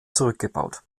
zurückgebaut